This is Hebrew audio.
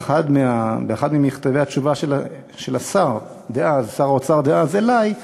באחד ממכתבי התשובה של שר האוצר דאז אלי,